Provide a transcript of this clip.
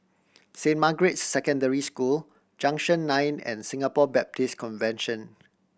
Saint Margaret's Secondary School Junction Nine and Singapore Baptist Convention